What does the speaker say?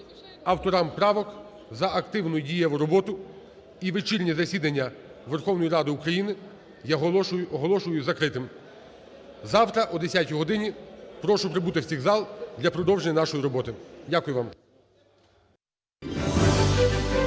авторам правок за активну дієву роботу. І вечірнє засідання Верховної Ради України я оголошую закритим. Завтра о 10-й годині прошу прибути всіх в зал для продовження нашої роботи. Дякую вам.